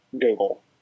Google